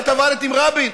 את עבדת עם רבין,